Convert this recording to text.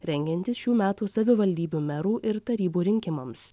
rengiantis šių metų savivaldybių merų ir tarybų rinkimams